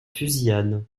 fusillade